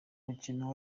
mukino